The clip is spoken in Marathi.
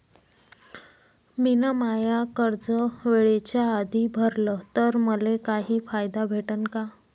मिन माय कर्ज वेळेच्या आधी भरल तर मले काही फायदा भेटन का?